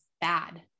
bad